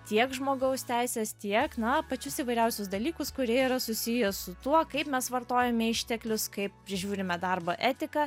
tiek žmogaus teises tiek na pačius įvairiausius dalykus kurie yra susiję su tuo kaip mes vartojame išteklius kaip prižiūrime darbo etiką